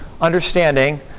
understanding